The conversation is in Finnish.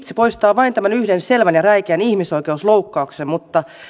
se poistaa vain tämän yhden selvän ja räikeän ihmisoikeusloukkauksen mutta